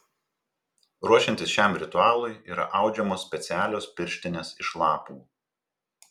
ruošiantis šiam ritualui yra audžiamos specialios pirštinės iš lapų